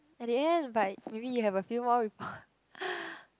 at the end but maybe you have a few more people